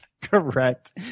Correct